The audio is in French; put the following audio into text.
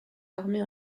armée